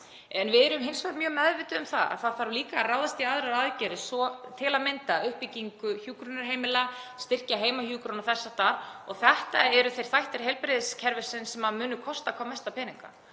Við erum hins vegar mjög meðvituð um að það þarf líka að ráðast í aðrar aðgerðir, til að mynda uppbyggingu hjúkrunarheimila, styrkja heimahjúkrun og þess háttar. Þetta eru þeir þættir heilbrigðiskerfisins sem munu kosta hvað mesta peninga.